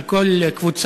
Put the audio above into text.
של כל קבוצה,